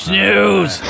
news